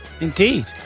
Indeed